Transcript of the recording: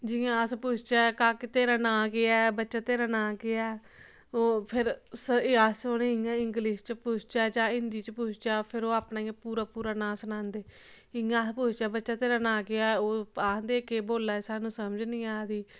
जियां अस पुछचै काके तेरा नांऽ केह् ऐ बच्चे तेरा नांऽ केह् ऐ ओह् फिर अस उ'नें गी इयां इंग्लिश च पुछचै जां हिंदी च पुछचै फिर ओह् अपना इयां पूरा पूरा नांऽ सनांदे इयां अस पुछचै बच्चे तेरा नांऽ केह् ऐ ओह् आखदे केह् बोला दे सानूं समझ निं आ दी